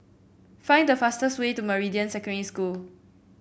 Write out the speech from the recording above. find the fastest way to Meridian Secondary School